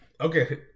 Okay